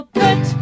put